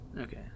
Okay